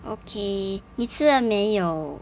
okay 你吃了没有